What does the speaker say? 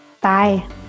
Bye